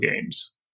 games